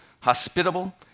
hospitable